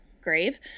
grave